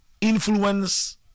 influence